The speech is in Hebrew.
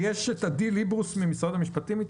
נמצאת אתנו עדי ליברוס ממשרד המשפטים?